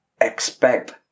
expect